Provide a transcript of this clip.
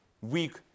week